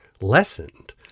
lessened